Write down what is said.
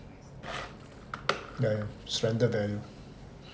yeah yeah surrended value